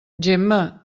gemma